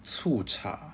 醋茶